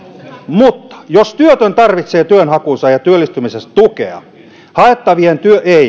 mutta jos työtön tarvitsee työnhakuunsa ja työllistymiseensä tukea haettavien